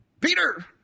Peter